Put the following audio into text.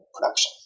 production